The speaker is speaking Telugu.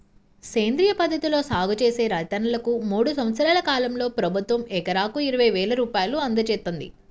సేంద్రియ పద్ధతిలో సాగు చేసే రైతన్నలకు మూడు సంవత్సరాల కాలంలో ప్రభుత్వం ఎకరాకు ఇరవై వేల రూపాయలు అందజేత్తంది